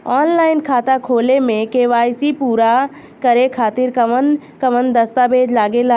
Online खाता खोले में के.वाइ.सी पूरा करे खातिर कवन कवन दस्तावेज लागे ला?